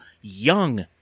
young